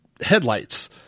headlights